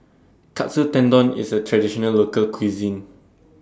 Katsu Tendon IS A Traditional Local Cuisine